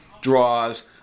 draws